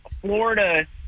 florida